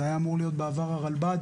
זה היה אמור להיות בעבר הרלב"ד,